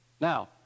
Now